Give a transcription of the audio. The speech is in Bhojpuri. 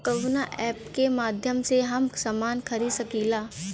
कवना ऐपके माध्यम से हम समान खरीद सकीला?